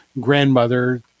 grandmother